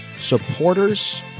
supporters